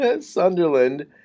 Sunderland